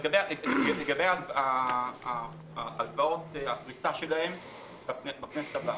לגבי פריסת ההלוואות בכנסת הבאה,